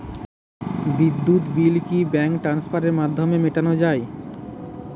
বিদ্যুৎ বিল কি ব্যাঙ্ক ট্রান্সফারের মাধ্যমে মেটানো য়ায়?